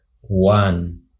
one